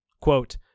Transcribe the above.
Quote